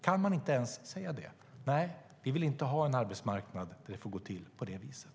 Kan man inte säga att man inte vill ha en arbetsmarknad där det får gå till på det sättet?